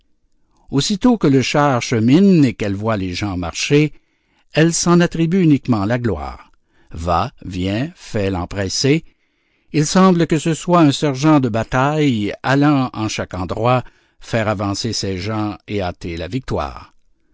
aussitôt que le char chemine et qu'elle voit les gens marcher elle s'en attribue uniquement la gloire va vient fait l'empressée il semble que ce soit un sergent de bataille allant en chaque endroit faire avancer ses gens et hâter la victoire